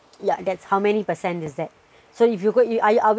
yeah that's how many percent is that so if you go are we are we